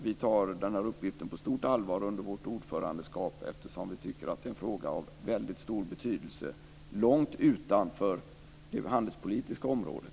Vi tar den här uppgiften på stort allvar under vårt ordförandeskap, eftersom vi tycker att det är en fråga av väldigt stor betydelse långt utanför det handelspolitiska området.